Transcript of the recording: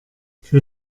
für